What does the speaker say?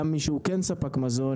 גם מי שהוא כן ספק מזון,